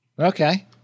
Okay